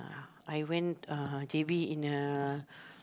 I went uh J_B in a